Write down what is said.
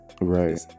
Right